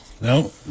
No